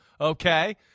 okay